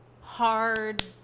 hard